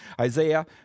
Isaiah